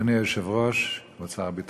אדוני היושב-ראש, כבוד שר הביטחון,